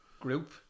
group